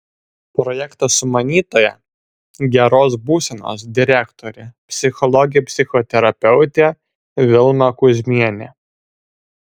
projekto sumanytoja geros būsenos direktorė psichologė psichoterapeutė vilma kuzmienė